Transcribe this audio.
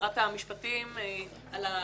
ולשרת המשפטים על ההבנה,